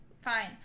fine